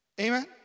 Amen